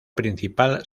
principal